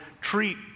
treat